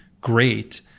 great